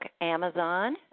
Amazon